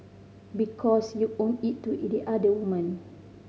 because you owe it to it the other woman